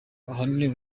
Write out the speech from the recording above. ahanini